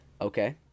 Okay